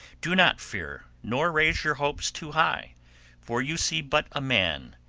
do not fear nor raise your hopes too high for you see but a man,